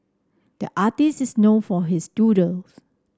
the artist is known for his doodles